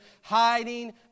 hiding